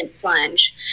plunge